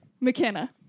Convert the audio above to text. McKenna